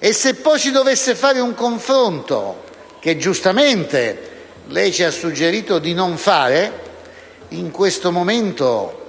E se poi si dovesse fare un confronto, che giustamente lei ci ha suggerito di non fare, in questo momento